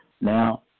Now